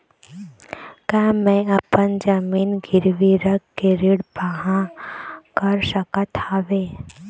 का मैं अपन जमीन गिरवी रख के ऋण पाहां कर सकत हावे?